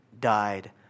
died